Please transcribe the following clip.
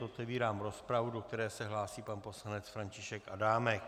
Otevírám rozpravu, do které se hlásí pan poslanec František Adámek.